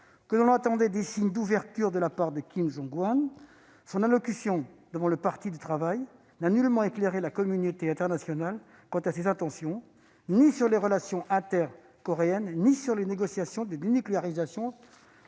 que l'on attendait des signes d'ouverture de la part de Kim Jong-un, son allocution devant le Parti du travail n'a nullement éclairé la communauté internationale sur ses intentions, ni sur les relations intercoréennes, ni même sur les négociations en matière de dénucléarisation